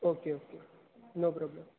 okay okay no problem